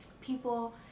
people